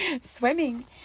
swimming